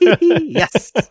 Yes